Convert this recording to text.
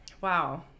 wow